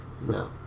No